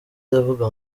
iravuga